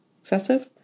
excessive